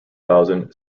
thousand